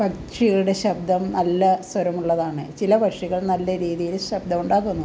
പക്ഷികളുടെ ശബ്ദം നല്ല സ്വരമുള്ളതാണ് ചില പക്ഷികൾ നല്ല രീതിയിൽ ശബ്ദമുണ്ടാക്കുന്നു